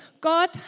God